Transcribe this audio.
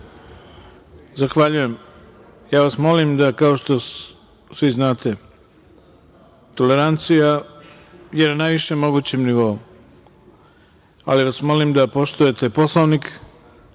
Zahvaljujem. Ja vas molim da, kao što svi znate, tolerancija je na najvišem mogućem nivou, ali vas molim da poštujete Poslovnik.